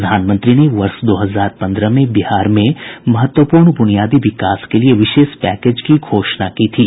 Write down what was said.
प्रधानमंत्री ने वर्ष दो हजार पन्द्रह में बिहार में महत्वपूर्ण बुनियादी विकास के लिए विशेष पैकेज की घोषणा की थी